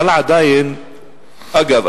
אגב,